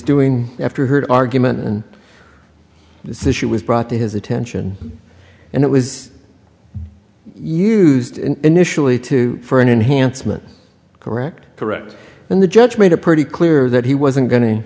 doing after heard argument and this issue was brought to his attention and it was used in initially to for an enhancement correct correct and the judge made it pretty clear that he wasn't go